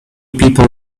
people